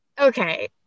Okay